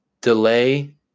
delay